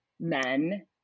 men